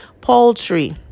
poultry